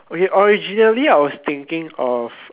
okay originally I was thinking of